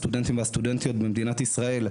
הסטודנטים והסטודנטיות במדינת ישראל,